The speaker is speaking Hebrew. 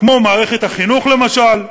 כמו מערכת החינוך, למשל,